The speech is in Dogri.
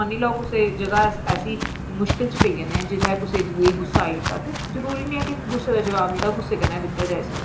मन्नी लैओ कुसै गी जगह् ऐसी मुश्किल च पेई जन्ने आं जिसलै कुसै दूए गी गुस्सा आई जा ते जरूरी नीं ऐ कि गुस्से दा जवाब गुस्से कन्नै गै दित्ता जा